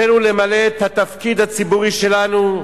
עלינו למלא את התפקיד הציבורי שלנו,